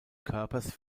körpers